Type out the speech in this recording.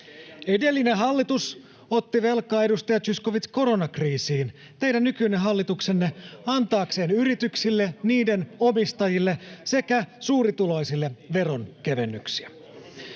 Edellinen hallitus otti velkaa, edustaja Zyskowicz, koronakriisiin, teidän nykyinen hallituksenne antaakseen yrityksille, niiden omistajille sekä suurituloisille veronkevennyksiä.